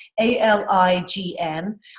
A-L-I-G-N